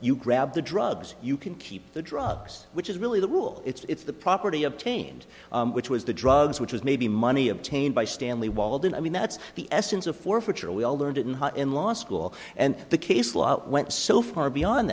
you grab the drugs you can keep the drugs which is really the rule it's the property obtained which was the drugs which was maybe money obtained by stanley walden i mean that's the essence of forfeiture we all learned it in law school and the case lot went so far beyond